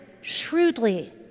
shrewdly